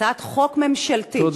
הצעת חוק ממשלתית, תודה.